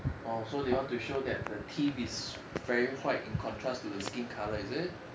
oh so they want to show that the teeth is very white in contrast to the skin colour is it